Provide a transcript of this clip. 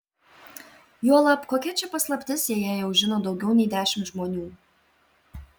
juolab kokia čia paslaptis jei ją jau žino daugiau nei dešimt žmonių